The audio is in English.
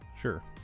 Sure